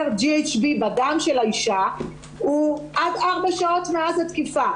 ה-GHB בדם של האישה הוא עד ארבע שעות מאז התקיפה.